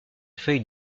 feuille